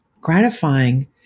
gratifying